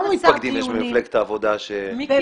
כמה מתפקדים יש במפלגת העבודה שהם עשו לובי סביב האירוע הזה?